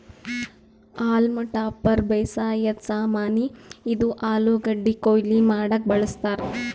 haulm topper ಬೇಸಾಯದ್ ಸಾಮಾನಿ, ಇದು ಆಲೂಗಡ್ಡಿ ಕೊಯ್ಲಿ ಮಾಡಕ್ಕ್ ಬಳಸ್ತಾರ್